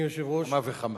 לכל המסתייגים יש, כמה וכמה.